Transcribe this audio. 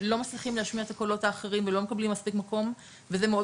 לא מצליחים להשמיע את הקולות האחרים ולא מקבלים מספיק מקום וזה מאוד